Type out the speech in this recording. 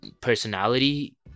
personality